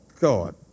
God